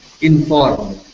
inform